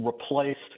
replaced